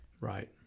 Right